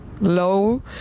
low